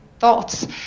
thoughts